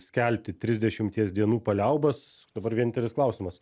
skelbti trisdešimties dienų paliaubas dabar vienintelis klausimas